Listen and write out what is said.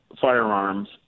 firearms